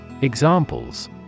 Examples